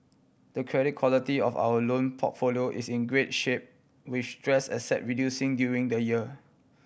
the credit quality of our loan portfolio is in great shape with stress asset reducing during the year